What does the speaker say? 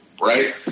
right